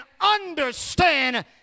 understand